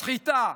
סחיטה.